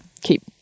keep